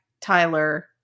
Tyler